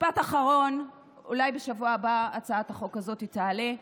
משפט אחרון: אולי בשבוע הבא הצעת החוק הזאת תעלה.